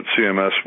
CMS